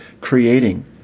creating